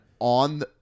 on